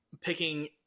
picking